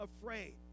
afraid